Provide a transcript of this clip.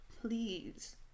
Please